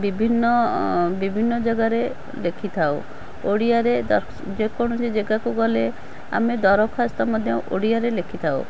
ବିଭିନ୍ନ ବିଭିନ୍ନ ଜାଗାରେ ଲେଖିଥାଉ ଓଡ଼ିଆରେ ଯେକୌଣସି ଜାଗାକୁ ଗଲେ ଆମେ ଦରଖାସ୍ତ ମଧ୍ୟ ଓଡ଼ିଆରେ ଲେଖିଥାଉ